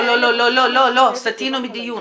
סטינו מהדיון,